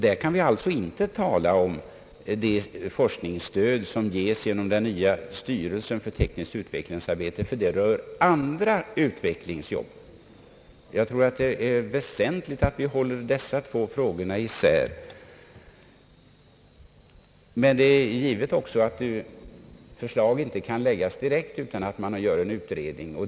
Där kan vi alltså inte tala om det forskningsstöd, som ges genom den nya styrelsen för tekniskt utvecklingsarbete, ty det rör andra utvecklingsarbeten. Jag tror att det är väsentligt att vi håller isär dessa två frågor. Det är givet att förslag inte kan framläggas direkt utan att man gör en utredning.